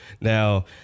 Now